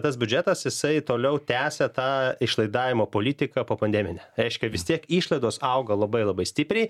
tas biudžetas jisai toliau tęsia tą išlaidavimo politiką popandemine reiškia vis tiek išlaidos auga labai labai stipriai